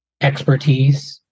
expertise